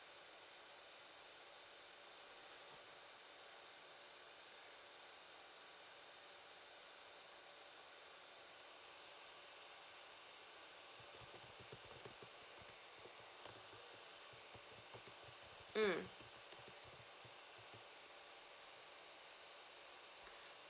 mm